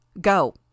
Go